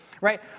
right